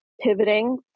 pivoting